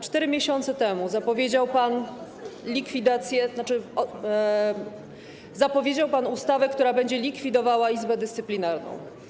4 miesiące temu zapowiedział pan likwidację, tzn. zapowiedział pan ustawę, która będzie likwidowała Izbę Dyscyplinarną.